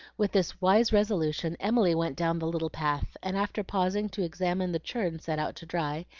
with this wise resolution emily went down the little path, and after pausing to examine the churn set out to dry,